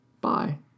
Bye